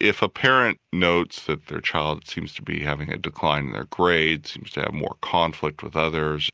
if a parent notes that their child seems to be having a decline in their grades, seems to have more conflict with others